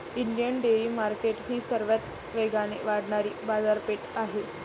Indian dairy market ही सर्वात वेगाने वाढणारी बाजारपेठ आहे